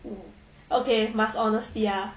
okay must honesty ah